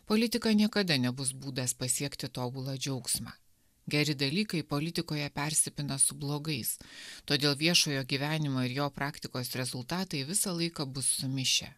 politika niekada nebus būdas pasiekti tobulą džiaugsmą geri dalykai politikoje persipina su blogais todėl viešojo gyvenimo ir jo praktikos rezultatai visą laiką bus sumišę